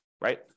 Right